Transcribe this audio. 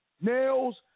nails